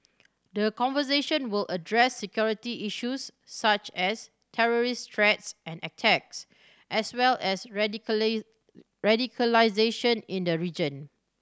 the conversation will address security issues such as terrorist threats and attacks as well as radicalisation in the region